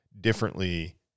differently